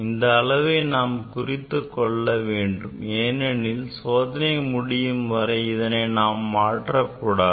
இந்த அளவை நாம் குறித்து வைத்துக்கொள்ள வேண்டும் ஏனெனில் சோதனை முடியும் வரை இதனை நாம் மாற்றக்கூடாது